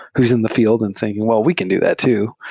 who's in the field and saying, well, we can do that too.